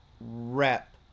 rep